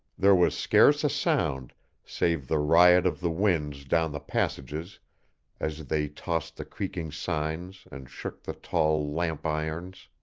there was scarce a sound save the riot of the winds down the passages as they tossed the creaking signs and shook the tall lamp-irons.